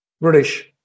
British